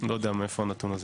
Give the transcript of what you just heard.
לא יודע מאיפה הנתון הזה.